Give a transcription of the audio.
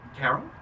Carol